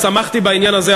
שמחתי בעניין הזה,